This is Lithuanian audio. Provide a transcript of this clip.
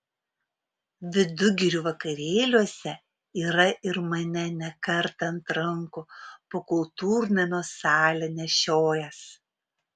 vidugirių vakarėliuose yra ir mane ne kartą ant rankų po kultūrnamio salę nešiojęs